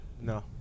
No